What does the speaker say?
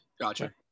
Gotcha